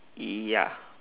ya